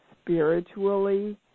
spiritually